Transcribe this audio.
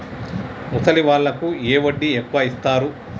ముసలి వాళ్ళకు ఏ వడ్డీ ఎక్కువ ఇస్తారు?